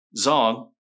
Zong